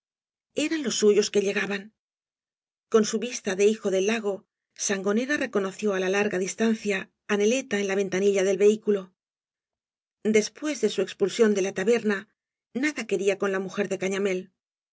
eran los suyos que llegaban con su vista de hijo del lago sangonera reconoció á larga distancia á neleta en la ventanilla del vehículo después de su expulsión de la taberna nada quería con la mujer de cañamél